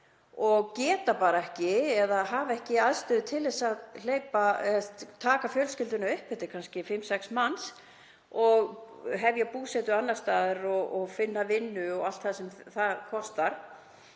og geta bara ekki eða hafa ekki aðstöðu til að taka fjölskylduna upp. Þetta eru kannski fimm, sex manns, og hefja búsetu annars staðar og finna vinnu og allt sem það kostar.